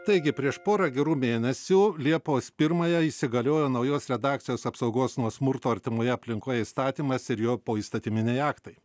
taigi prieš porą gerų mėnesių liepos pirmąją įsigaliojo naujos redakcijos apsaugos nuo smurto artimoje aplinkoje įstatymas ir jo poįstatyminiai aktai